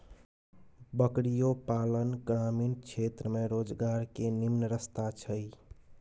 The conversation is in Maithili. बकरियो पालन ग्रामीण क्षेत्र में रोजगार के निम्मन रस्ता छइ